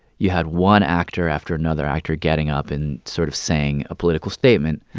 you had one actor after another actor getting up and sort of saying a political statement,